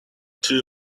two